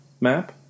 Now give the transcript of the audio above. map